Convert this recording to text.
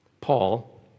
Paul